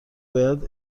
باید